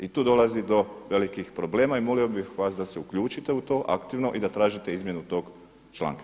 I tu dolazi do velikih problema i molio bih vas da se uključite u to aktivno i da tražite izmjenu tog članka.